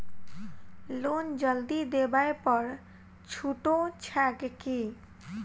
Loan जल्दी देबै पर छुटो छैक की?